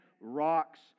rocks